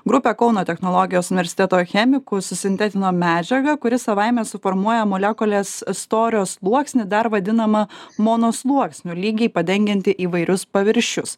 grupė kauno technologijos universiteto chemikų susintetino medžiagą kuri savaime suformuoja molekulės storio sluoksnį dar vadinamą mono sluoksniu lygiai padengiantį įvairius paviršius